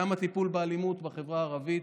גם הטיפול באלימות בחברה הערבית,